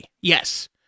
yes